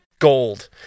gold